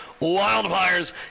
Wildfires